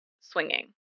swinging